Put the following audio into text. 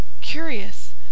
Curious